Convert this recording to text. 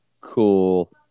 cool